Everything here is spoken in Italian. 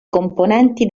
componenti